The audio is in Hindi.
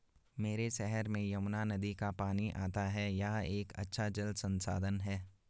मेरे शहर में यमुना नदी का पानी आता है यह एक अच्छा जल संसाधन है